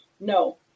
no